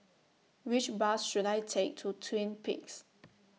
Which Bus should I Take to Twin Peaks